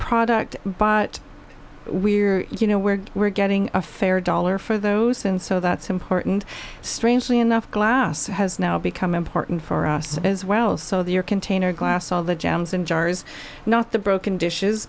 product but we're you know where we're getting a fair dollar for those and so that's important strangely enough glass has now become important for us as well so the container glass all the jams in jars not the broken dishes